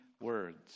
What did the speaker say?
words